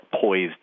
poised